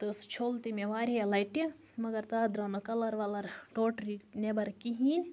تہٕ سُہ چھوٚل تہِ مےٚ واریاہ لَٹہِ مَگَر تَتھ دراو نہٕ کَلَر وَلَر ٹوٹلی نیٚبَر کِہیٖنۍ